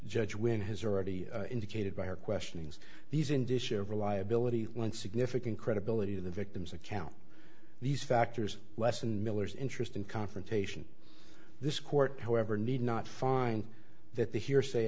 judge when has already indicated by her questionings these indicia of reliability one significant credibility of the victim's account these factors lessen miller's interest in confrontation this court however need not find that the hearsay